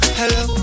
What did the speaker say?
hello